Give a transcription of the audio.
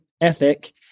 ethic